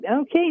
okay